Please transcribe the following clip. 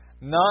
None